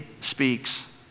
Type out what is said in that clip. speaks